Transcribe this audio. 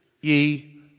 ye